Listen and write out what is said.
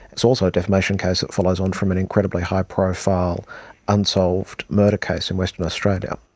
it's also a defamation case that follows on from an incredibly high profile unsolved murder case in western australia.